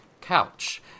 Couch